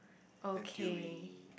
okay